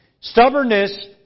Stubbornness